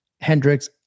Hendricks